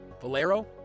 Valero